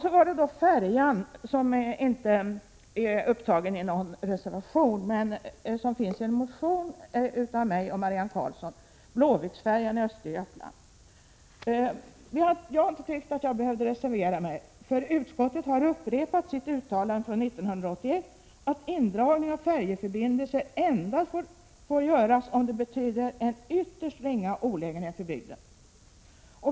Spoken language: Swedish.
Så var det då frågan om Blåviksfärjan i Östergötland, som inte är upptagen i någon reservation men som finns i en motion av mig och Marianne Karlsson. Jag har inte tyckt att jag behövde reservera mig, för utskottet har upprepat sitt uttalande från 1981, att ”indragning av färjeförbindelser endast bör ske i de fall detta uppenbarligen medför ringa olägenhet för bygden”.